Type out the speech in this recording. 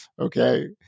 Okay